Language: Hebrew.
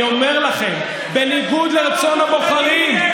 אני אומר לכם, זה בניגוד לרצון הבוחרים.